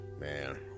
Man